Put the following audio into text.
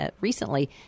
recently